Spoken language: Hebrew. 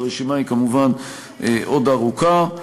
הרשימה כמובן עוד ארוכה.